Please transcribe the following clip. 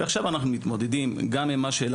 ועכשיו אנחנו מתמודדים גם עם מה שהעלה